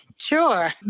Sure